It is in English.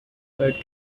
quite